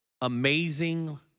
amazing